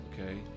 okay